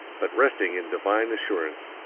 but resting in divine assurance,